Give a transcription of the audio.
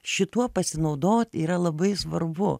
šituo pasinaudot yra labai svarbu